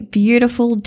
beautiful